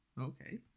Okay